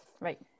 right